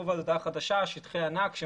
שטחי ענק,